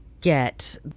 get